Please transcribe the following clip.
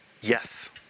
Yes